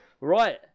right